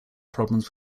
problems